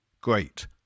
Great